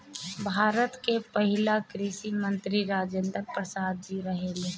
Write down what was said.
भारत के पहिला कृषि मंत्री राजेंद्र प्रसाद जी रहले